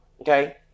Okay